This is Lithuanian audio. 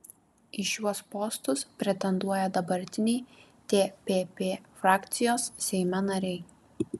į šiuos postus pretenduoja dabartiniai tpp frakcijos seime nariai